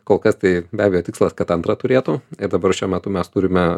kol kas tai be abejo tikslas kad antrą turėtų ir dabar šiuo metu mes turime